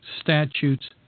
statutes